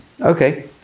Okay